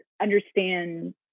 understand